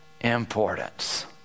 importance